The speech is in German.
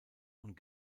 und